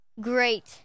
Great